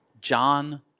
John